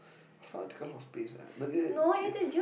taking up a lot of space eh it it